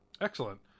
Excellent